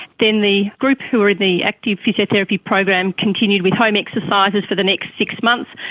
then the group who were in the active physiotherapy program continued with home exercises for the next six months,